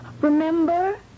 Remember